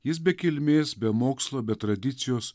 jis be kilmės be mokslo be tradicijos